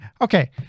Okay